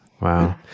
Wow